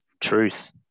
Truth